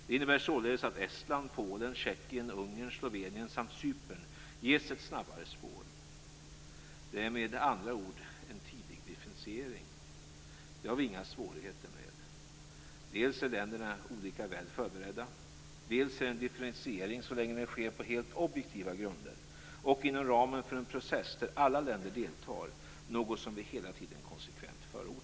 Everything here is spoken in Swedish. Det innebär således att Estland, Polen, Tjeckien, Ungern, Slovenien samt Cypern ges ett snabbare spår. Detta är med andra ord en tidig differentiering. Det har vi inga svårigheter med. Dels är länderna olika väl förberedda, dels är en differentiering, så länge den sker på helt objektiva grunder och inom ramen för en process där alla länder deltar, något som vi hela tiden konsekvent förordat.